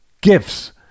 gifts